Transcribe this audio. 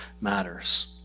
matters